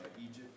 Egypt